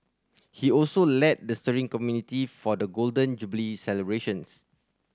he also led the steering committee for the Golden Jubilee celebrations